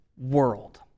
world